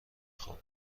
خوب